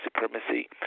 supremacy